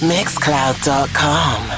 Mixcloud.com